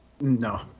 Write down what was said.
No